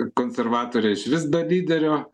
konservatoriai išvis be lyderio